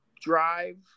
drive –